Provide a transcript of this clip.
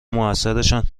موثرشان